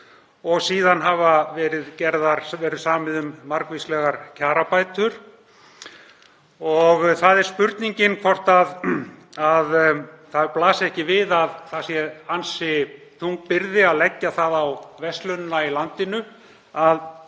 og síðan hefur verið samið um margvíslegar kjarabætur. Það er spurning hvort ekki blasi við að það sé ansi þung byrði að leggja það á verslunina í landinu að